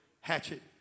hatchet